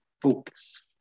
focus